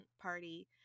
party